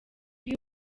iyo